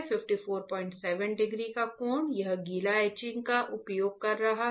547 degree का कोण यह गीला एचिंग का उपयोग कर रहा है